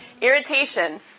Irritation